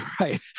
right